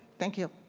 thank you.